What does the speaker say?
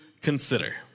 consider